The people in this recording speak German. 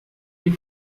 die